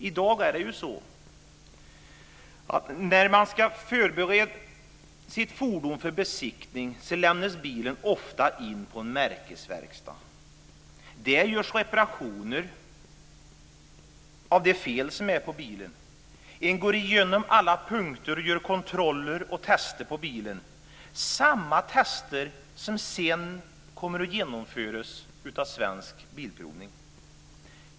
I dag är det ju så att när man ska förbereda sitt fordon för besiktning, lämnas bilen ofta in på en märkesverkstad. Där görs reparationer av fel på bilen. Man går igenom alla punkter och gör kontroller och tester på bilen, samma tester som sedan kommer att genomföras av Svensk Bilprovning.